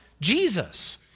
Jesus